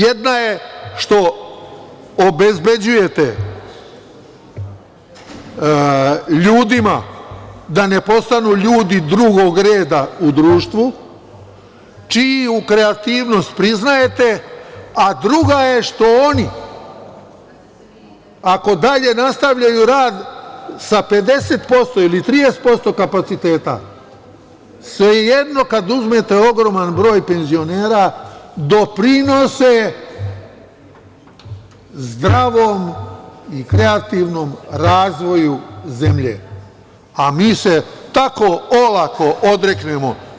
Jedna je što obezbeđujete ljudima da ne postanu ljudi drugog reda u društvu, čiju kreativnost priznajete, a druga je što oni, ako dalje nastavljaju rad sa 50% ili 30% kapaciteta, svejedno je kada uzmete ogroman broj penzionera, doprinose zdravom i kreativnom razvoju zemlje, a mi se tako olako odreknemo.